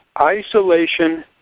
isolation